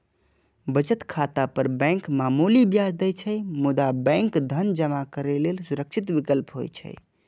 बचत खाता पर बैंक मामूली ब्याज दै छै, मुदा बैंक धन जमा करै लेल सुरक्षित विकल्प होइ छै